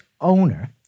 owner